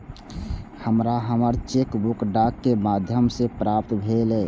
हमरा हमर cheque book डाक के माध्यम से प्राप्त भईल